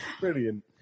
Brilliant